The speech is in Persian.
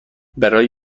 برای